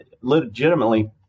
legitimately